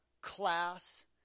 class